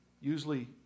Usually